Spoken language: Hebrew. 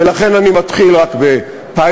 ולכן אני מתחיל רק בפיילוט,